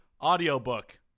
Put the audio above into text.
audiobook